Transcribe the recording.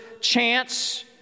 chance